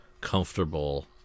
comfortable